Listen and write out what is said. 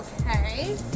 Okay